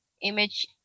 image